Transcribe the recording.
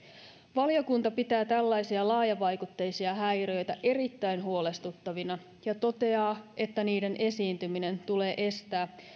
valiokunta pitää tällaisia laajavaikutteisia häiriöitä erittäin huolestuttavina ja toteaa että niiden esiintyminen tulee estää